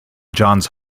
johns